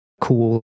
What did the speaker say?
cool